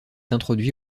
introduit